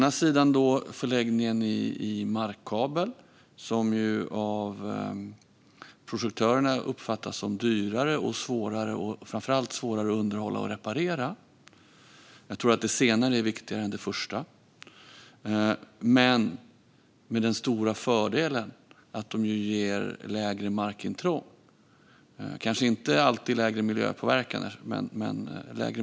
Anläggningar med markkablar uppfattas av projektörerna som dyrare och framför allt som svårare att underhålla och reparera. Jag tror att det senare är viktigare än det förra. Den stora fördelen är att de ger lägre markintrång, även om det kanske inte alltid blir lägre miljöpåverkan.